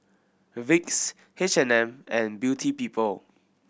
Vicks H and M and Beauty People